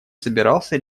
собирался